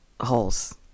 holes